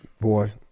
boy